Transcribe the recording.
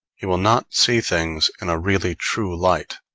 he will not see things in a really true light,